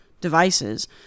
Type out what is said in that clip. devices